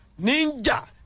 ninja